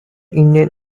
indian